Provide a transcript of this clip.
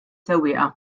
sewwieqa